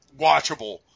watchable